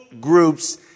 groups